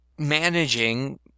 Managing